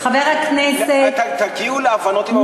חבר הכנסת, תגיעו להבנות עם העובדים.